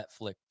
Netflix